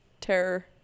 terror